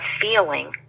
feeling